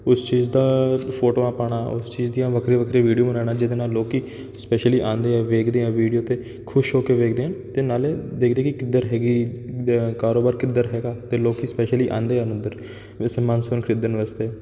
ਉਸ ਚੀਜ਼ ਦਾ ਫੋਟੋਆਂ ਪਾਉਣਾ ਉਸ ਚੀਜ਼ ਦੀਆਂ ਵੱਖਰੀਆਂ ਵੱਖਰੀਆਂ ਵੀਡੀਓ ਬਣਾਉਣਾ ਜਿਹਦੇ ਨਾਲ ਲੋਕ ਸਪੈਸ਼ਲੀ ਆਉਂਦੇ ਆ ਵੇਖਦੇ ਆ ਵੀਡੀਓ ਅਤੇ ਖੁਸ਼ ਹੋ ਕੇ ਵੇਖਦੇ ਹਨ ਅਤੇ ਨਾਲੇ ਦੇਖਦੇ ਕਿ ਕਿੱਧਰ ਹੈਗੀ ਕਾਰੋਬਾਰ ਕਿੱਧਰ ਹੈਗਾ ਅਤੇ ਲੋਕ ਸਪੈਸ਼ਲੀ ਆਉਂਦੇ ਹਨ ਉੱਧਰ ਵੀ ਸਮਾਨ ਸਮੂਨ ਖਰੀਦਣ ਵਾਸਤੇ